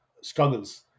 struggles